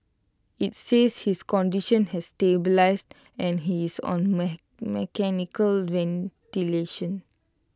IT says his condition has stabilised and he is on mechanical ventilation